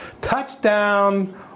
Touchdown